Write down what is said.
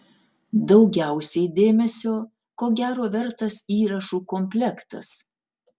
daugiausiai dėmesio ko gero vertas įrašų komplektas